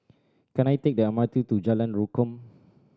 can I take the M R T to Jalan Rukam